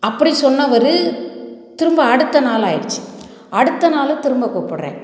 அப்படி சொன்னவர் திரும்ப அடுத்த நாளாகிருச்சு அடுத்த நாள் திரும்ப கூப்பிட்றேன்